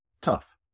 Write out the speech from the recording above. tough